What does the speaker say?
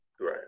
right